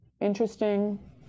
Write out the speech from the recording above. interesting